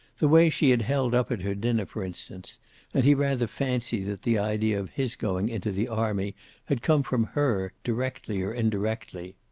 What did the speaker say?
the way she had held up at her dinner, for instance and he rather fancied that the idea of his going into the army had come from her, directly or indirectly.